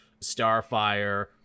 starfire